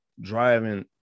driving